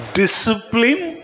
discipline